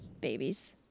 Babies